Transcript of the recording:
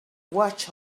watch